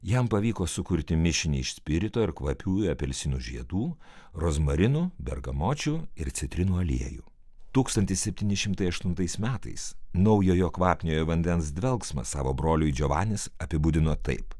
jam pavyko sukurti mišinį iš spirito ir kvapiųjų apelsinų žiedų rozmarinų bergamočių ir citrinų aliejų tūkstantis septyni šimtai aštuntais metais naujojo kvapniojo vandens dvelksmą savo broliui džiovanis apibūdino taip